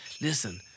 Listen